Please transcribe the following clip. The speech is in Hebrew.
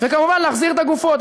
וכמובן להחזיר את הגופות.